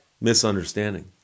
misunderstanding